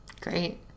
Great